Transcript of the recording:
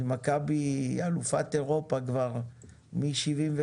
מכבי היא אלופת אירופה כבר מ-1977,